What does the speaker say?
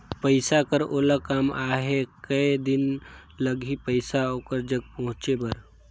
पइसा कर ओला काम आहे कये दिन लगही पइसा ओकर जग पहुंचे बर?